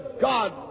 God